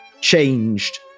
changed